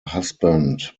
husband